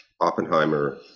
Oppenheimer